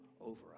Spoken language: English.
over